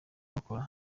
bakora